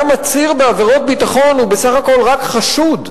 גם עציר בעבירות ביטחון הוא בסך הכול רק חשוד.